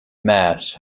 mass